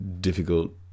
difficult